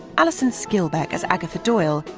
alison skilbeck as agatha doyle,